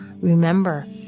Remember